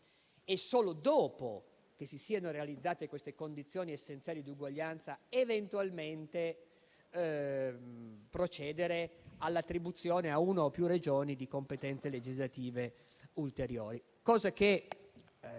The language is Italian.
Solo dopo che si siano realizzate queste condizioni essenziali di uguaglianza si può eventualmente procedere all'attribuzione, a una o più Regioni, di competenze legislative ulteriori,